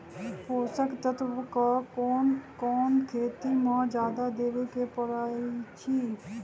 पोषक तत्व क कौन कौन खेती म जादा देवे क परईछी?